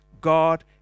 God